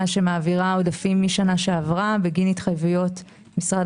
עודפים משנה שעברה בגין התחייבויות משרד